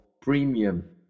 premium